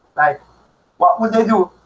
like what would they do.